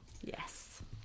Yes